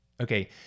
okay